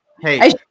hey